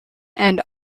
and